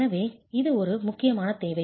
எனவே இது ஒரு முக்கியமான தேவை